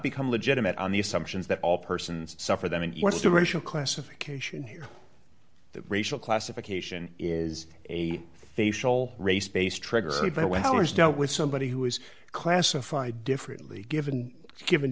become legitimate on the assumptions that all persons suffer them and yes the racial classification here the racial classification is a facial race based triggered by westerners dealt with somebody who is classified differently given given